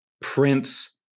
Prince